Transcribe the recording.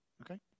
Okay